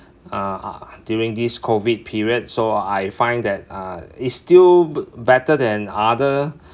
uh uh during this COVID period so I find that uh it's still better than other